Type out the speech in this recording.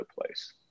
place